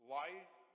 life